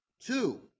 Two